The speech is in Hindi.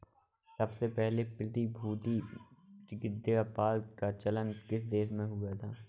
सबसे पहले प्रतिभूति प्रतिज्ञापत्र का चलन किस देश में हुआ था?